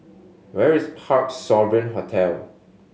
where is Parc Sovereign Hotel